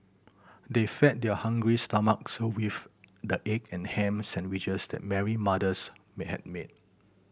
they fed their hungry stomachs with the egg and ham sandwiches that Mary mother's may had made